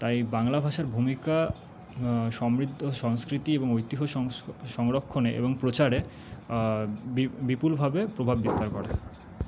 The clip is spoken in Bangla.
তাই বাংলা ভাষার ভূমিকা সমৃদ্ধ সংস্কৃতি এবং ঐতিহ্য সংরক্ষণে এবং প্রচারে বিপুলভাবে প্রভাব বিস্তার করে